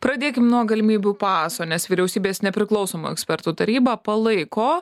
pradėkim nuo galimybių paso nes vyriausybės nepriklausomų ekspertų taryba palaiko